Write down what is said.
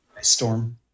storm